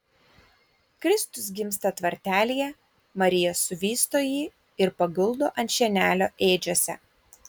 kristus gimsta tvartelyje marija suvysto jį ir paguldo ant šienelio ėdžiose